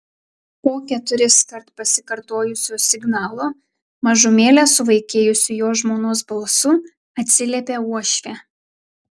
po keturiskart pasikartojusio signalo mažumėlę suvaikėjusiu jo žmonos balsu atsiliepė uošvė